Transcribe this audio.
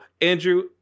Andrew